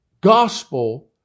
gospel